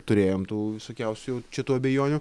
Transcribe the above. turėjom tų visokiausių čia tų abejonių